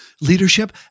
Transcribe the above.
leadership